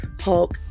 Hulk